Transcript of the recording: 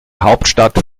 hauptstadt